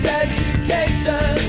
education